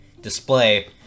display